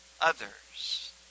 others